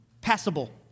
passable